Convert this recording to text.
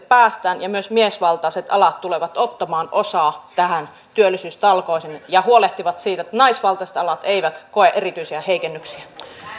päästään ja myös miesvaltaiset alat tulevat ottamaan osaa näihin työllisyystalkoisiin ja huolehtivat siitä että naisvaltaiset alat eivät koe erityisiä heikennyksiä